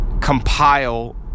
compile